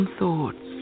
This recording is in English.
thoughts